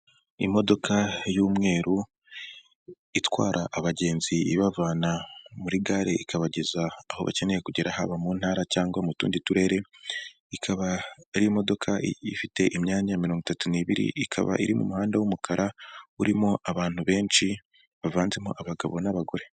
Imodoka y'umweru itwara abagenzi ibavana muri gare ikabageza aho bakeneye kugera haba mu ntara cyangwa mu tundi turere, ikaba ari imodoka ifite imyanya mirongo itatu n'ibiri, ikaba iri mu muhanda w'umukara urimo abantu benshi bavanzemo abagabo n'abagore.